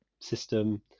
system